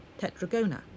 tetragona